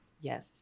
Yes